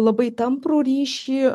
labai tamprų ryšį